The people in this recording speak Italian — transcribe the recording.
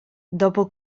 dopo